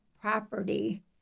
property